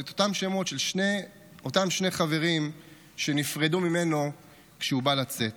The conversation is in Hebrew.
את אותם שמות של אותם שני חברים שנפרדו ממנו כשהוא בא לצאת.